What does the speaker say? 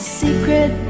secret